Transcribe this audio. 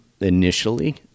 initially